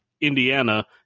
Indiana